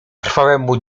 krwawemu